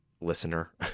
listener